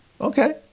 okay